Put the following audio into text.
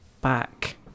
back